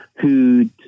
who'd